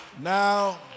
Now